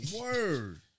Word